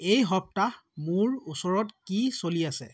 এই সপ্তাহ মোৰ ওচৰত কি চলি আছে